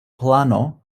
plano